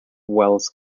wells